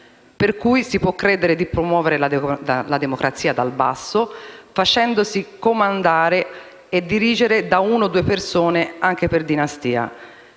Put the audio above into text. Per cui si può credere di promuovere la democrazia dal basso, facendosi comandare e dirigere da una o due persone (anche per dinastia).